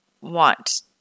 want